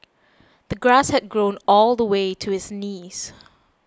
the grass had grown all the way to his knees